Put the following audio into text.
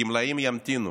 הגמלאים ימתינו